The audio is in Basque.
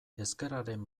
ezkerraren